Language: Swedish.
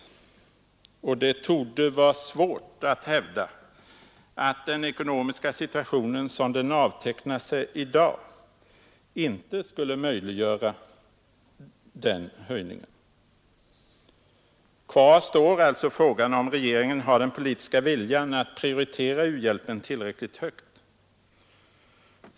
Det torde vara svårt att hävda att den ekonomiska situationen sådan den avtecknar sig i dag inte skulle möjliggöra denna höjning. Kvar står alltså frågan om regeringen har den politiska viljan att prioritera u-hjälpen tillräckligt högt.